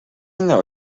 know